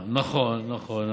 הערכה, נכון, נכון.